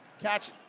Catch